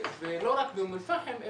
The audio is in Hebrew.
ולא רק באום אל פחם,